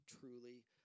truly